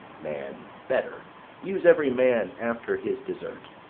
man, better use every man after his desert,